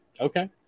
Okay